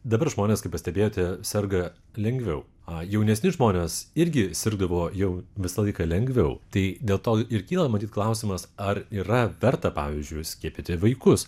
dabar žmonės kaip pastebėjote serga lengviau o jaunesni žmonės irgi sirgdavo jau visą laiką lengviau tai dėl to ir kyla matyt klausimas ar yra verta pavyzdžiui skiepyti vaikus